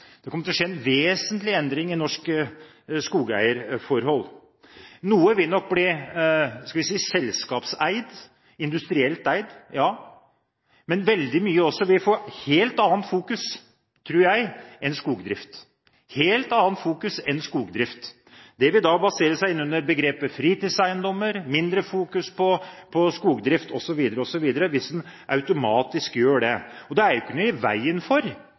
Det kommer til å skje en vesentlig endring i norske skogeierforhold. Noe vil nok bli – skal vi si – selskapseid, industrielt eid, ja, men veldig mye vil få et helt annet fokus, tror jeg, enn skogdrift. Det vil plassere seg innunder begrepet fritidseiendommer, med mindre fokus på skogdrift, osv., hvis man automatisk gjør det. Det er ikke noe i veien for